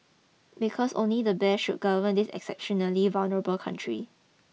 because only the best should govern this exceptionally vulnerable country